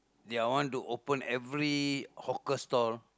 they are want to open every hawker stall